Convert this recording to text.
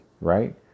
Right